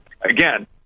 Again